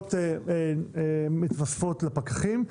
סמכויות מתווספות לפקחים.